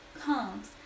comes